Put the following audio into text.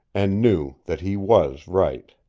and knew that he was right.